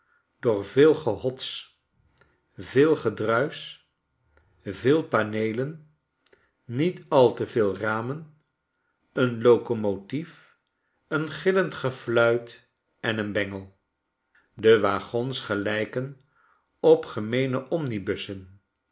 door veel gehots veel gedruisch veel paneelen nietalte veel ramen een locomotief een gillend gefluit en een bengel de waggons gelijken op